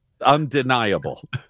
undeniable